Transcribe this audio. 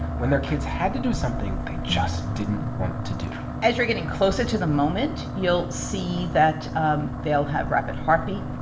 when their kids had to do something they just didn't want to do as you're getting closer to the moment, you'll see that um they'll have rapid heartbeat.